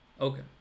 Okay